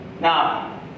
Now